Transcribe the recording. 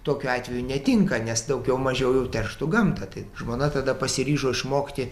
tokiu atveju netinka nes daugiau mažiau jau terštų gamtą tai žmona tada pasiryžo išmokti